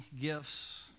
gifts